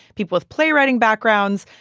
people with playwriting backgrounds.